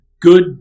good